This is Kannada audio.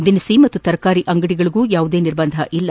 ದಿನಸಿ ಮತ್ತು ತರಕಾರಿ ಅಂಗಡಿಗಳಿಗೂ ಯಾವುದೇ ನಿರ್ಬಂಧವಿಲ್ಲ